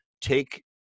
take